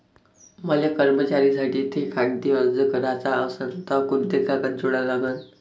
मले कर्जासाठी थे कागदी अर्ज कराचा असन तर कुंते कागद जोडा लागन?